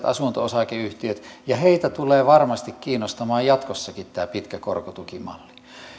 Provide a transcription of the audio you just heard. asunto osakeyhtiöt ja heitä tulee varmasti kiinnostamaan jatkossakin tämä pitkä korkotukimalli